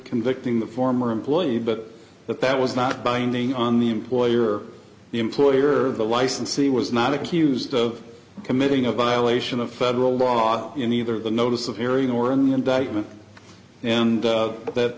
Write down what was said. convicting the former employee but that that was not binding on the employer the employer or the licensee was not accused of committing a violation of federal law in either the notice of hearing or in the indictment and that